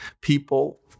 people